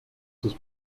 sus